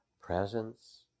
presence